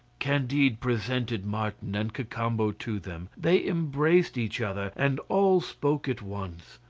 candide presented martin and cacambo to them they embraced each other, and all spoke at once.